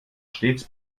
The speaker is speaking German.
stets